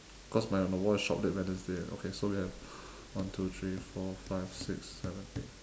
cause my on the wall is shop late wednesday okay so we have one two three four five six seven eight